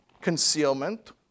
concealment